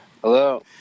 Hello